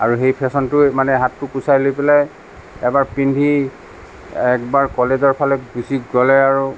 আৰু সেই ফেশ্বনটোৱে মানে হাত কোচাই লৈ পেলাই এবাৰ পিন্ধি একবাৰ কলেজৰ ফালে গুচি গ'লে আৰু